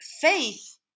faith